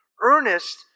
earnest